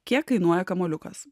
kiek kainuoja kamuoliukas